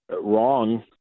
wrong